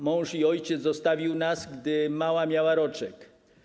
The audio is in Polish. Mąż i ojciec zostawił nas, gdy mała miała roczek.